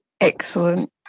Excellent